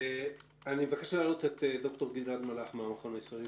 אני מבקש להעלות את ד"ר גלעד מלאך מהמכון הישראלי